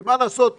כי לצערי אנחנו